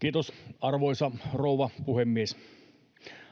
Kiitos, arvoisa rouva puhemies!